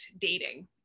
dating